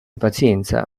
pazienza